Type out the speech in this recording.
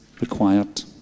required